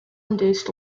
induced